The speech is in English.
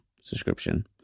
subscription